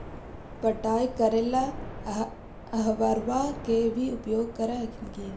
पटाय करे ला अहर्बा के भी उपयोग कर हखिन की?